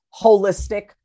holistic